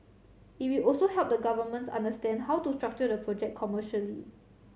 it will also help the governments understand how to structure the project commercially